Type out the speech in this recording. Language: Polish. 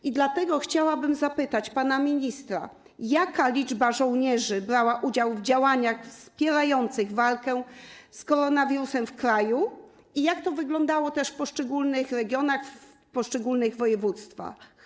I dlatego chciałabym zapytać pana ministra: Jaka liczba żołnierzy brała udział w działaniach wspierających walkę z koronawirusem w kraju i jak to wyglądało w poszczególnych regionach, w poszczególnych województwach?